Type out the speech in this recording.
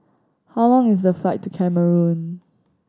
how long is the flight to Cameroon